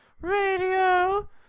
Radio